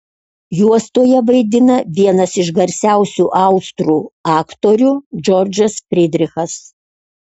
juostoje vaidina vienas iš garsiausių austrų aktorių džordžas frydrichas